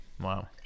Wow